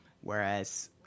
Whereas